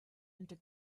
into